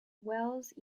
wells